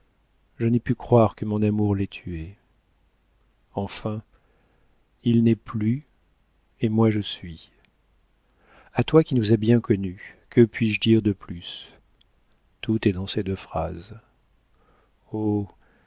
je n'ai pu croire que mon amour l'ait tué enfin il n'est plus et moi je suis a toi qui nous as bien connus que puis-je dire de plus tout est dans ces deux phrases oh